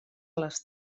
les